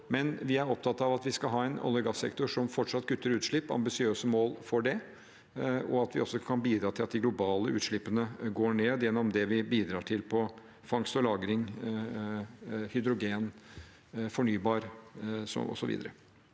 Men vi er opptatt av at vi skal ha en olje- og gassektor som fortsatt kutter utslipp, med ambisiøse mål for det, og at vi også kan bidra til at de globale utslippene går ned gjennom det vi bidrar til på fangst og lagring, hydrogen, fornybar osv.